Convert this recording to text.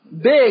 Big